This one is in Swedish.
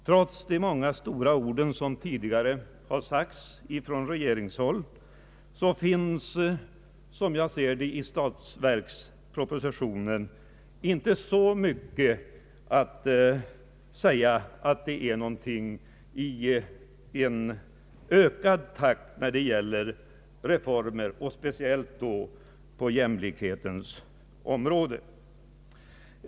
Trots de många stora ord som tidigare har uttalats från regeringshåll finns det, som jag ser det, i statsverkspropositionen inte så mycket av reformer att man kan tala om en ökad takt i reformverksamheten. Detta gäller framför allt på jämlikhetens område.